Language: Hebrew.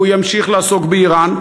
הוא ימשיך לעסוק באיראן,